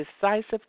decisive